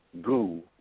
goo